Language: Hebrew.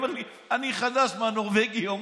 הוא אומר לי: אני חדש מהנורבגי, יומיים.